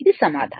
ఇది సమాధానం